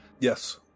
Yes